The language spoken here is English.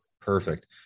Perfect